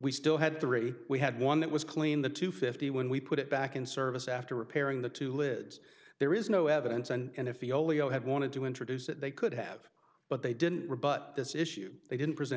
we still had three we had one that was clean the two fifty when we put it back in service after repairing the two lives there is no evidence and if the oleo had wanted to introduce it they could have but they didn't rebut this issue they didn't present